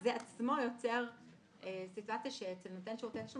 זה עצמו יוצר סיטואציה שנותן שירותי התשלום